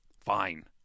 fine